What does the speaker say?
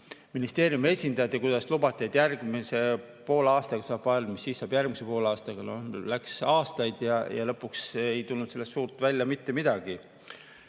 ministeeriumi esindajad ja lubati, et järgmise poole aastaga saab valmis, siis järgmise poole aastaga. Läks aastaid ja lõpuks ei tulnud sellest suurt midagi